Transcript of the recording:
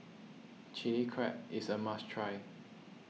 Chilli Crab is a must try